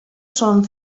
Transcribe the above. son